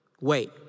wait